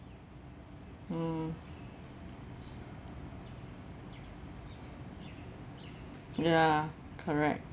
mm ya correct